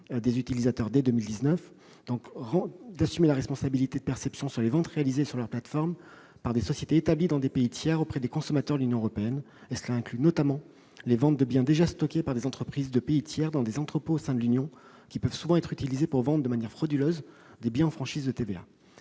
des utilisateurs dès 2019 et d'assumer la responsabilité de perception sur les ventes réalisées sur leur plateforme par des sociétés établies dans des pays tiers auprès des consommateurs de l'Union européenne. Cela inclut notamment les ventes de biens déjà stockés par des entreprises de pays tiers dans des entrepôts au sein de l'Union, qui peuvent souvent être utilisés pour vendre frauduleusement des biens en franchise de TVA.